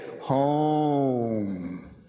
home